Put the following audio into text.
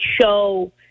show